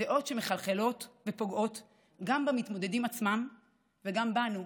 דעות שמחלחלות ופוגעות גם במתמודדים עצמם וגם בנו,